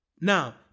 Now